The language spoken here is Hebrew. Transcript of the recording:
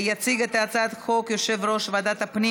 יציג את הצעת החוק יושב-ראש ועדת הפנים